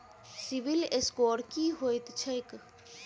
CIBIL score की होइत छैक?